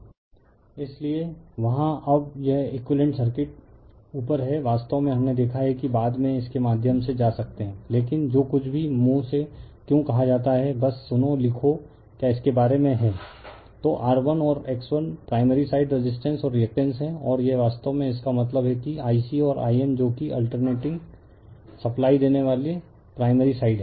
refer slide time 0742 इसीलिए वहाँ अब यह एकुइवेलेंट सर्किट ऊपर है वास्तव में हमने देखा है कि बाद में इसके माध्यम से जा सकते है लेकिन जो कुछ भी मुंह से क्यों कहा जाता है बस सुनो लिखो क्या इसके बारे में है तो R1 और X1 प्राइमरी साइड रेसिस्टेंस और रिएक्टेंस है और यह वास्तव में इसका मतलब है कि I c और Im जो कि अल्तेर्नेटिंग सप्लाई देने वाले प्राइमरी साइड हैं